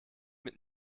mit